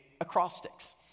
acrostics